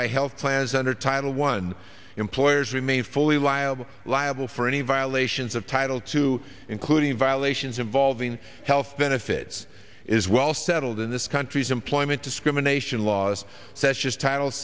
by health plans under title one employers remain fully liable liable for any violations of title two including violations involving health benefits is well settled in this country's employment discrimination laws